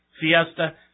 Fiesta